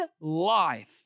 life